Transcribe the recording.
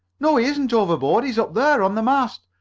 no, he isn't overboard! he's up there! on the mast!